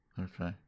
Okay